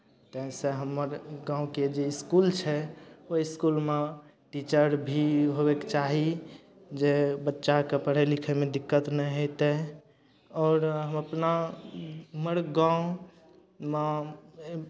ताहिसँ हमर गाँवके जे इसकुल छै ओहि इसकुलमे टीचर भी होवयके चाही जे बच्चाकेँ पढ़य लिखयमे दिक्कत नहि हेतै आओर हम अपना हमर गाँवमे